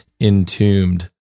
entombed